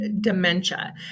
dementia